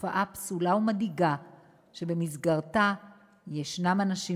תופעה פסולה ומדאיגה שבמסגרתה יש אנשים